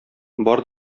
бар